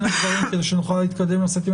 אני רק רוצה להגיד משהו,